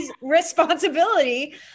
responsibility